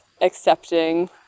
accepting